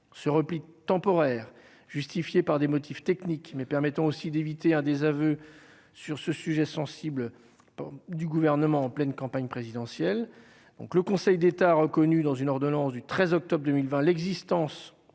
ce repli temporaire justifiée par des motifs techniques mais permettant aussi d'éviter un désaveu sur ce sujet sensible du gouvernement en pleine campagne présidentielle donc le Conseil d'État a reconnu, dans une ordonnance du 13 octobre 2020, l'existence